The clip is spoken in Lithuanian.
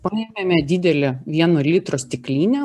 paėmėme didelę vieno litro stiklinę